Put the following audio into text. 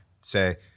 Say